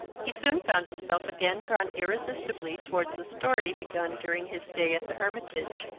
he soon found himself again drawn irresistibly towards the story begun during his stay at the hermitage,